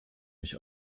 mich